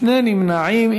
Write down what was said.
שני נמנעים.